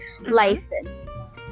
license